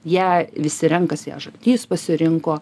ją visi renkas ją žaltys pasirinko